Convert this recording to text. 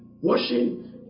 washing